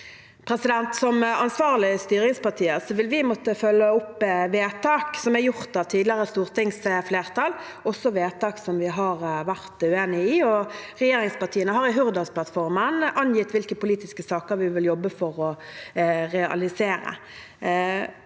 Som an- svarlige styringspartier vil vi måtte følge opp vedtak som er gjort av tidligere stortingsflertall, også vedtak som vi har vært uenig i. Regjeringspartiene har i Hurdalsplattformen angitt hvilke politiske saker vi vil jobbe for å realisere.